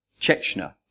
Chechnya